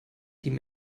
diese